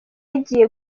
yagiye